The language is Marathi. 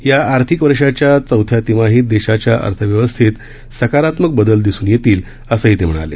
या आर्थिक वर्षाच्या चौथ्या तिमाहीत देशाच्या अर्थव्यवस्थेत सकारात्मक बदल दिसून येतील असंही ते म्हणाले